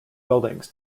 buildings